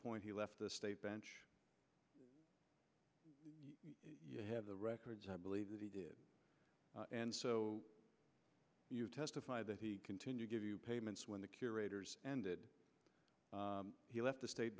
point he left the state bench you have the records i believe that he did and so you testified that he continued give you payments when the curator's ended he left the state